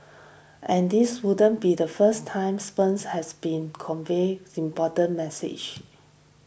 and this wouldn't be the first time sperms has been convey important message